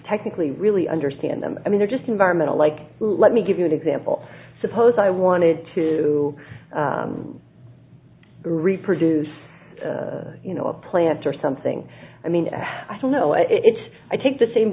technically really understand them i mean they're just environmental like let me give you an example suppose i wanted to reproduce you know a plant or something i mean i don't know if it's i take the same